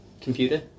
computer